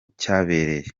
cyabereye